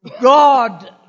God